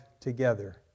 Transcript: together